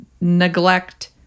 neglect